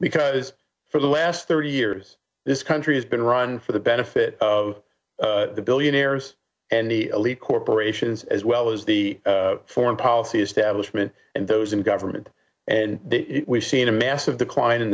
because for the last thirty years this country has been run for the benefit of the billionaires and the elite corporations as well as the foreign policy establishment and those in government and we've seen a massive decline in